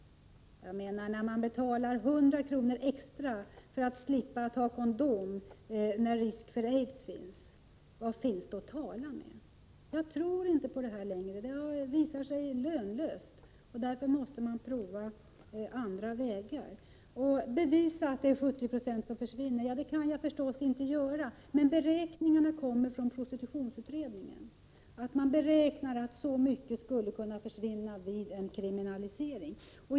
När man betalar 100 kr. extra för att slippa använda kondom trots risken för aids — vad finns det då att tala med? Jag tror inte längre på det. Det har visat sig lönlöst — därför måste man prova andra vägar. Jag uppmanades bevisa att det är 70 90 av prostitutionen som försvinner. Det kan jag naturligtvis inte. Beräkningarna kommer från prostitutionsutredningen. Man beräknar att så stor del av prostitutionen skulle försvinna vid en kriminalisering.